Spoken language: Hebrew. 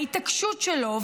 ההתעקשות שלו,